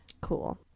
cool